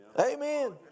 Amen